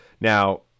Now